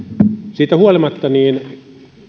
siitä huolimatta